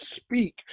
speak